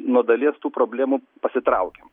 nuo dalies tų problemų pasitraukiam